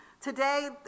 Today